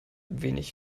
wenig